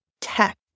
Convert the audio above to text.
tech